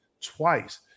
twice